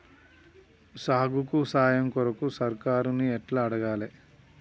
సాగుకు సాయం కొరకు సర్కారుని ఎట్ల అడగాలే?